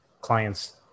clients